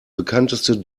bekannteste